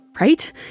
Right